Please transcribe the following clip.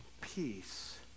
peace